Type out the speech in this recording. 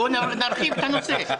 בואו נרחיב את הנושא.